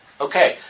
Okay